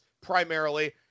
primarily